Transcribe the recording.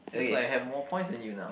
seems like I have more points than you now